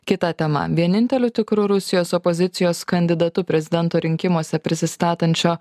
kita tema vieninteliu tikru rusijos opozicijos kandidatu prezidento rinkimuose prisistatančio